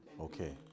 Okay